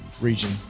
Region